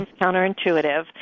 counterintuitive